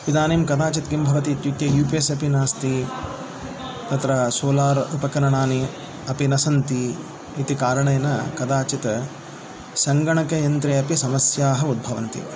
इदानीं कदाचित् किं भवति इत्युक्ते यु पि एस् अपि नास्ति तत्र सोलार् उपकरणानि अपि न सन्ति इति कारणेन कदाचित् सङ्गणकयन्त्रे अपि समस्याः उद्भवन्ति